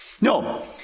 No